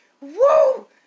Woo